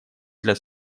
для